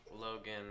Logan